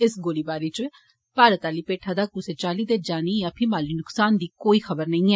इस गोलीबारी च भारती आली पैठा दा कुसै चाल्ली दे जानी जां फी माली नसकान दी कोई खबर नेई ऐ